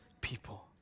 people